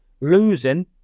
losing